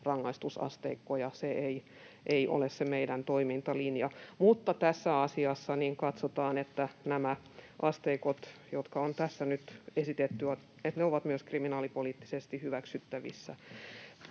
rangaistusasteikkoja, se ei ole se meidän toimintalinjamme. Mutta tässä asiassa katsotaan, että nämä asteikot, jotka on tässä nyt esitetty, ovat myös kriminaalipoliittisesti hyväksyttävissä.